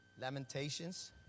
Lamentations